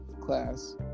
class